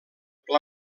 pla